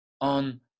on